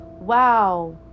wow